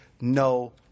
no